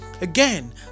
Again